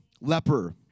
leper